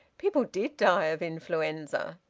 people did die of influenza.